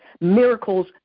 miracles